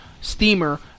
steamer